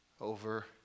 over